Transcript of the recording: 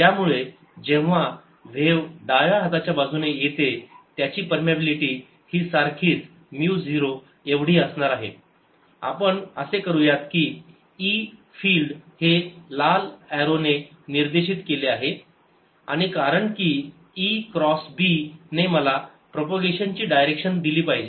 ज्यामुळे जेव्हा व्हेव डाव्या हाताच्या बाजुने येते त्यांची परमियाबिलिटी ही सारखीच म्यू 0 एवढी असणार आहे आपण असे करू यात की e फिल्ड हे लाल ऍरोने निर्देशीत केले आहे आणि कारण की e क्रॉस b ने मला प्रपोगेशन ची डायरेक्शन दिली पाहिजे